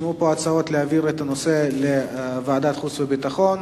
נשמעו פה הצעות להעביר את הנושא לוועדת החוץ והביטחון.